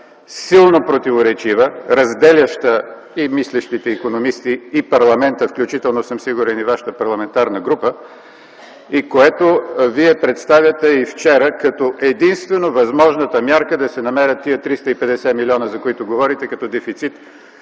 силно противоречива, разделяща и мислещите икономисти, и парламента, включително съм сигурен и вашата парламентарна група, което Вие представяте и вчера като единствено възможната мярка да се намерят тези 350 милиона, за които говорите, като дефицит